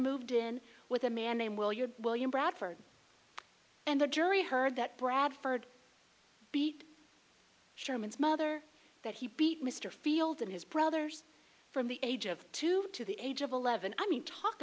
moved in with a man named william william bradford and the jury heard that bradford beat sherman's mother that he beat mr field and his brothers from the age of two to the age of eleven i mean talk